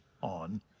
on